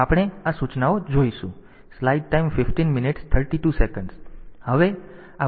તેથી આપણે આ સૂચનાઓ જોઈશું